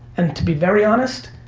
and to be very honest,